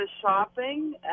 shopping